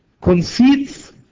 Conceits